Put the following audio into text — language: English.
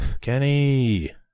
kenny